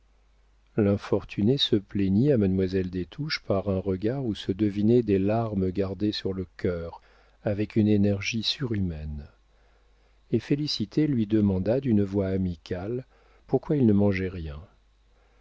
l'infortuné se plaignit à mademoiselle des touches par un regard où se devinaient des larmes gardées sur le cœur avec une énergie surhumaine et félicité lui demanda d'une voix amicale pourquoi il ne mangeait rien